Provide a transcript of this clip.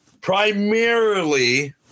primarily –